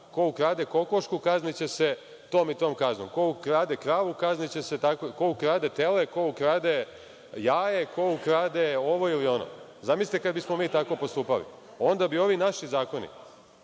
Ko ukrade kokošku kazniće se tom i tom kaznom. Ko ukrade kravu, ko ukrade tele, ko ukrade jaje, ko ukrade ovo ili ono. Zamislite kada bismo mi tako postupali onda bi ovi naši zakoni